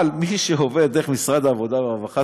אבל מי שעובדים דרך משרד העבודה והרווחה,